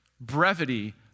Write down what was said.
brevity